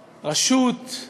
רשות,